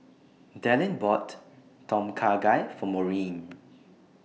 Dallin bought Tom Kha Gai For Maurine